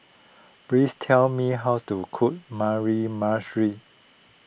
please tell me how to cook